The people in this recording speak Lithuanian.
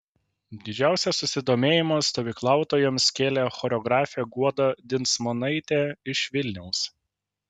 didžiausią susidomėjimą stovyklautojams kėlė choreografė guoda dinsmonaitė iš vilniaus